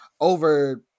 over